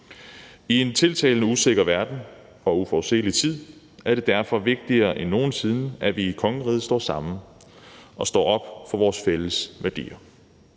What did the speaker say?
I en tiltagende usikker verden og uforudsigelig tid er det derfor vigtigere end nogen sinde, at vi i kongeriget står sammen og står op for vores fælles værdier.